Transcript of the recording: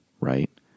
right